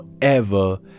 forever